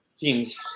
Teams